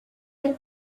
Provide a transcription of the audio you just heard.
del